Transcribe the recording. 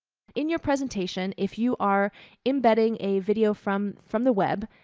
in your presentation, if you are embedding a video from, from the web,